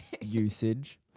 usage